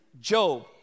Job